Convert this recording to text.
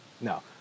No